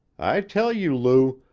i tell you, lou,